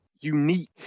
unique